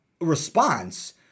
response